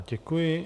Děkuji.